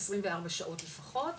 24 שעות לפחות,